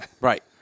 Right